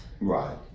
Right